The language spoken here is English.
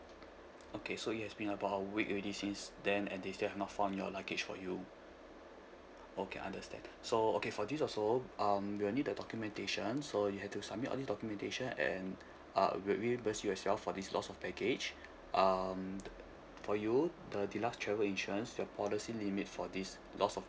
okay so it has been about a week already since then and they still have not found your luggage for you okay understand so okay for this also um we'll need the documentation so you have to submit all these documentation and err we'll reimburse you as well for this loss of baggage um for you the deluxe travel insurance your policy limit for this loss of